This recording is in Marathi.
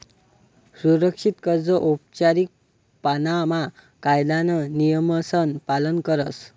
सुरक्षित कर्ज औपचारीक पाणामा कायदाना नियमसन पालन करस